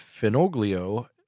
Finoglio